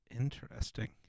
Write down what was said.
Interesting